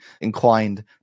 inclined